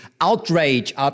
outrage